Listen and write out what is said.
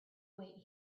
wait